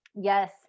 yes